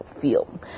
feel